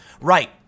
Right